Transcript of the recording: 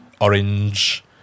orange